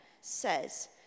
says